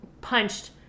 punched